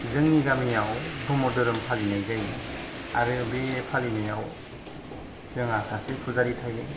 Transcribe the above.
जोंनि गामियाव ब्रह्म धोरोम फालिनाय जायो आरो बे फालिनायाव जोंहा सासे फुजारि थायो